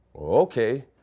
Okay